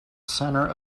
center